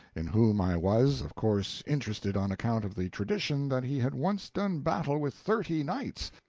in whom i was, of course, interested on account of the tradition that he had once done battle with thirty knights,